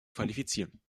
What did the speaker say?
qualifizieren